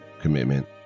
commitment